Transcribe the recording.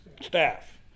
Staff